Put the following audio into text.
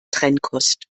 trennkost